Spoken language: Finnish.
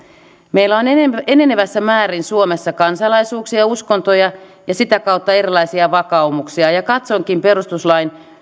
meillä on enenevässä määrin suomessa kansalaisuuksia ja uskontoja ja sitä kautta erilaisia vakaumuksia ja katsonkin perustuslain